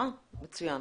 מצוין.